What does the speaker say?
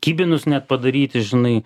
kibinus net padaryti žinai